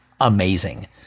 amazing